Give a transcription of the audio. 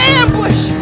ambush